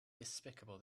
despicable